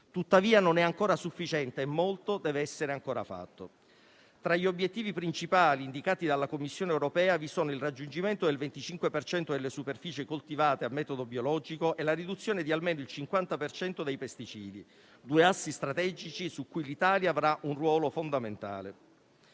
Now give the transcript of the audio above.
Tuttavia, non è ancora sufficiente e molto dev'essere ancora fatto. Tra gli obiettivi principali indicati dalla Commissione europea, vi sono il raggiungimento del 25 per cento delle superfici coltivate a metodo biologico e la riduzione di almeno il 50 per cento dei pesticidi: due assi strategici in cui l'Italia avrà un ruolo fondamentale.